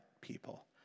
people